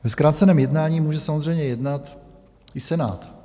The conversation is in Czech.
Ve zkráceném jednání může samozřejmě jednat i Senát.